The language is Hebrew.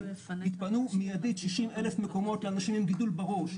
יתפנו מיידית 60 אלף מקומות לאנשים עם גידול בראש,